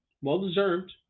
Well-deserved